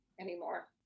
anymore